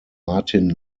martin